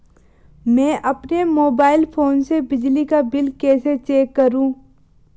मैं अपने mobile phone से बिजली का बिल कैसे चेक करूं?